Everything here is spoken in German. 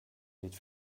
sieht